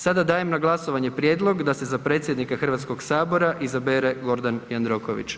Sada dajem na glasovanje prijedlog da se za predsjednika Hrvatskog sabora izabere Gordan Jandroković.